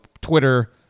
Twitter